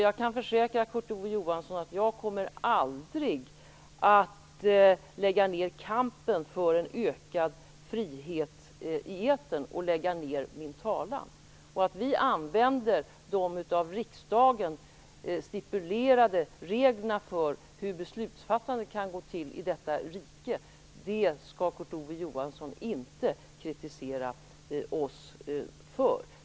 Jag kan försäkra Kurt Ove Johansson att jag aldrig kommer att lägga ned kampen för en ökad frihet i etern och lägga ned min talan. Att vi använder de av riksdagen stipulerade reglerna för hur beslutsfattandet kan gå till i detta rike skall Kurt Ove Johansson inte kritisera oss för.